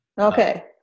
Okay